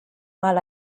mal